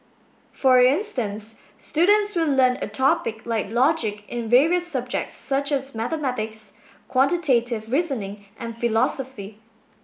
for instance students would learn a topic like logic in various subjects such as mathematics quantitative reasoning and philosophy